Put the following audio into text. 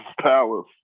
Palace